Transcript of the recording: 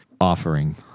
offering